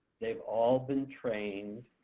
they've all been trained,